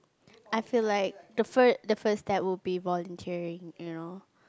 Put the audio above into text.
I feel like the fir~ first step would be volunteering you know